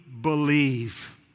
believe